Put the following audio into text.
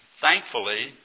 thankfully